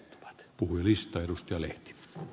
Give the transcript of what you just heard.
arvoisa herra puhemies